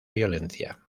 violencia